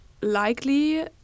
likely